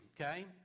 okay